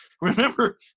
remember